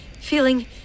feeling